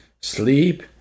sleep